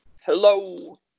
Hello